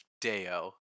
Deo